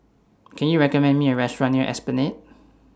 Can YOU recommend Me A Restaurant near Esplanade